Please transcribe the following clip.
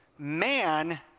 Man